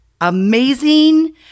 amazing